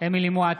אמילי חיה מואטי,